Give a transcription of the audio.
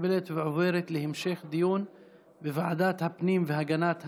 מתקבלת ועוברת להמשך דיון בוועדת הפנים והגנת הסביבה.